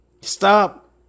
Stop